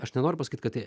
aš nenoriu pasakyt kad tai